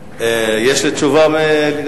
תודה רבה, אדוני.